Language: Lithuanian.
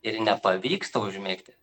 ir nepavyksta užmigti